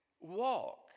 Walk